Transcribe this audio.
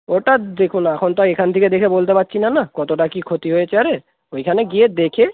ওটা দেখুন এখন তো আর এখান থেকে দেখে বলতে পারছি না কতোটা কী ক্ষতি হয়েছে আর ওইখানে গিয়ে দেখে